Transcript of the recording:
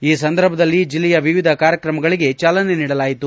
ಈ ಸಂದರ್ಭದಲ್ಲಿ ಜಿಲ್ಲೆಯ ವಿವಿಧ ಕಾರ್ಯಕ್ರಮಗಳಿಗೆ ಚಾಲನೆ ನೀಡಲಾಯಿತು